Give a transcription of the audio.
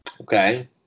Okay